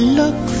look